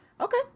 Okay